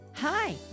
Hi